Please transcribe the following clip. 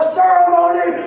ceremony